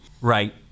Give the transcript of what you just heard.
right